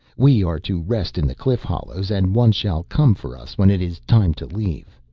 we are to rest in the cliff hollows, and one shall come for us when it is time to leave.